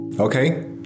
Okay